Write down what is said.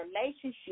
relationship